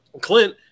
clint